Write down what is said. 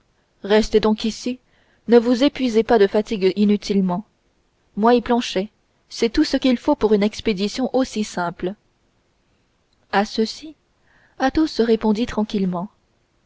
restez donc ici ne vous épuisez pas de fatigue inutilement moi et planchet c'est tout ce qu'il faut pour une expédition aussi simple à ceci athos répondit tranquillement